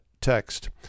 text